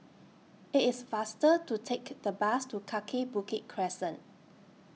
IT IS faster to Take The Bus to Kaki Bukit Crescent